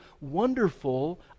wonderful